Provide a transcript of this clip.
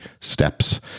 steps